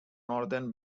northern